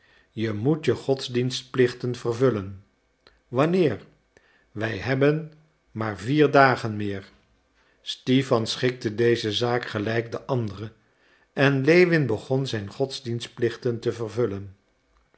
je moet je godsdienstplichten vervullen wanneer wij hebben maar vier dagen meer stipan schikte deze zaak gelijk de andere en lewin begon zijn godsdienstplichten te vervullen